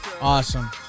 Awesome